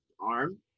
arm